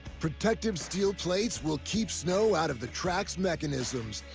protective steel plates will keep snow out of the tracks' mechanisms,